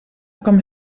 com